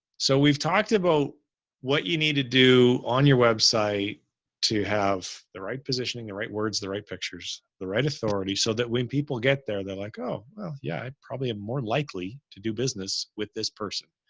so we've talked about what you need to do on your website to have the right positioning, the right words, the right pictures, the right authority, so that when people get there, they're like, oh, well yeah, i probably am more likely to do business with this person.